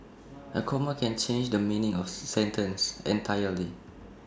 A comma can change the meaning of sentence entirely